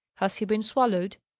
has he been swallowed?